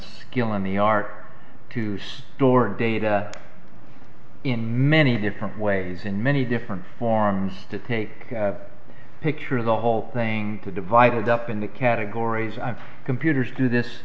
skill in the art to store data in many different ways in many different forms to take a picture of the whole playing divided up into categories i computers do this